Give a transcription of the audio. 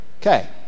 Okay